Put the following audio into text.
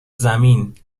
زمین